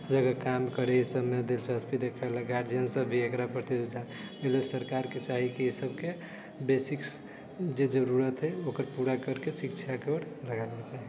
जगह काम करै ईसभमे दिलचस्पी देखैलक गार्जियन भी एकरा प्रति एहि लेल सरकारके चाहीकि ईसभके बेसिक जे जरुरत है ओकरा पूरा कैरिके शिक्षाके ओर लगेबाके चाही